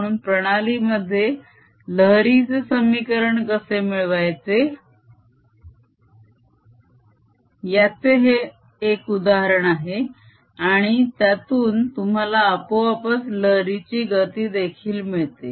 म्हणून प्रणालीमध्ये लहरीचे समीकरण कसे मिळवायचे याचे हे उदाहरण आहे आणि त्यातून तुम्हाला आपोआपच लहरीची गती देखील मिळते